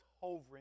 hovering